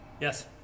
Yes